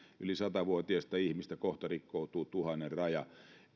yli satavuotiasta ihmistä ja kohta rikkoutuu tuhannen raja